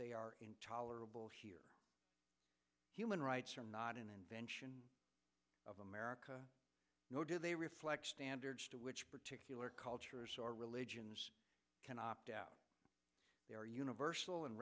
they are intolerable here human rights are not an invention of america nor do they reflect standards to which particular cultures or religions can opt out they are universal and